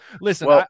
listen